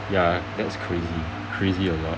ya that's crazy crazy a lot